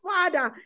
Father